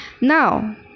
now